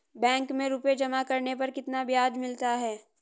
Bank में रुपये जमा करने पर कितना ब्याज मिलता है?